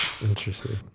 Interesting